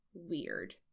Weird